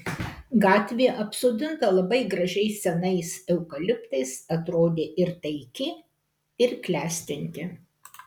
gatvė apsodinta labai gražiais senais eukaliptais atrodė ir taiki ir klestinti